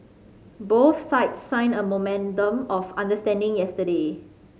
both sides signed a memorandum of understanding yesterday